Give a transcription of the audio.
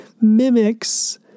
mimics